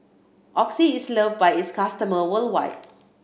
Oxy is loved by its customer worldwide